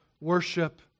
worship